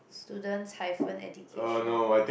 students hyphen education